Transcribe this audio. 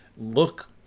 look